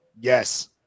Yes